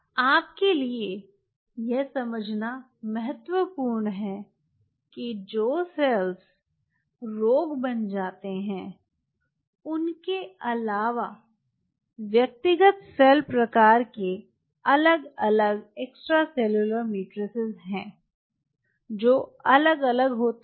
आपके लिए यह समझना महत्वपूर्ण है कि जो सेल बदमाश बन जाते हैं उनके अलावा व्यक्तिगत सेल प्रकार के अलग अलग ईसीएम हैं जो अलग अलग होते हैं